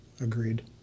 Agreed